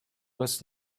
was